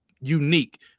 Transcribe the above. unique